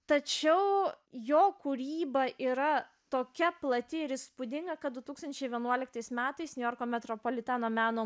tačiau jo kūryba yra tokia plati ir įspūdinga kad du tūkstančiai vienuoliktais metais niujorko metropoliteno meno